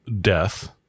death